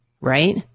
right